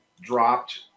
dropped